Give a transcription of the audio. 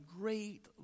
great